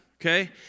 okay